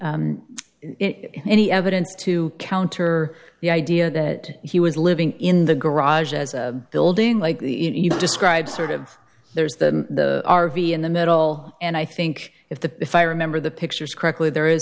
any evidence to counter the idea that he was living in the garage as a building like you described sort of there's the r v in the middle and i think if the if i remember the pictures correctly there